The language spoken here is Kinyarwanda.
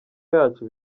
yacu